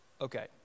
Okay